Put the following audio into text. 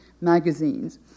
magazines